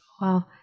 Wow